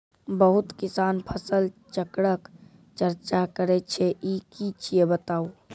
बहुत किसान फसल चक्रक चर्चा करै छै ई की छियै बताऊ?